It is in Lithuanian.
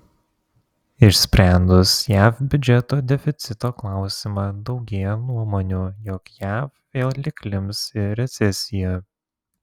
išsprendus jav biudžeto deficito klausimą daugėja nuomonių jog jav vėl įklimps į recesiją